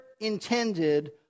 intended